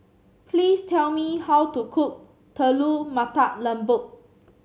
please tell me how to cook Telur Mata Lembu